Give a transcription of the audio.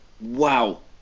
Wow